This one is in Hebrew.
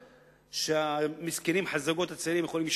ולהגיד, לא, לא, לא.